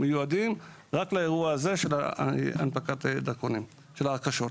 הם מיועדים רק להנפקת דרכונים, להרכשות.